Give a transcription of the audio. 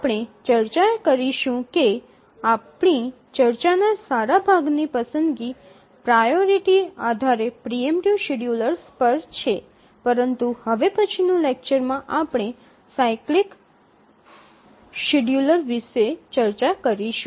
આપણે ચર્ચા કરીશું કે આપણી ચર્ચાના સારા ભાગની પસંદગી પ્રાઓરિટી આધારે પ્રિ એમ્પટિવ શેડ્યૂલર્સ પર છે પરંતુ હવે પછીના લેક્ચર માં આપણે સાયક્લિક શેડ્યૂલર વિશે ચર્ચા કરીશું